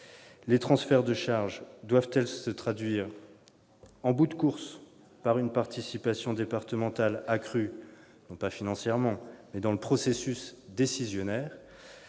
Les transferts de charges doivent-ils se traduire, en bout de course, par une participation départementale accrue, non pas financièrement, mais dans le processus décisionnaire ?